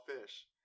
fish